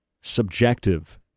subjective